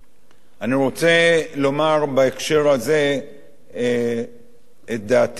אני רוצה לומר בהקשר הזה את דעתי האישית,